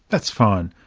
that's fine.